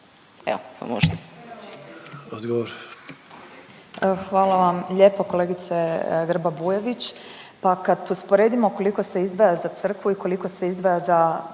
(Nezavisni)** Evo hvala vam lijepo kolegice Grba Bujević, pa kad usporedimo koliko se izdvaja za crkvu i koliko se izdvaja za